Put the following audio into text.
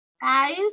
guys